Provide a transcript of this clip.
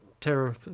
terror